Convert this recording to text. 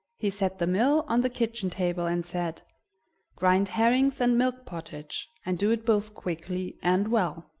he set the mill on the kitchen-table, and said grind herrings and milk pottage, and do it both quickly and well.